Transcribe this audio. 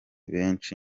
benshi